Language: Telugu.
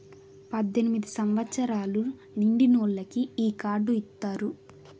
పద్దెనిమిది సంవచ్చరాలు నిండినోళ్ళకి ఈ కార్డు ఇత్తారు